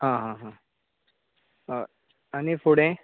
आं हां हां हय आनी फुडें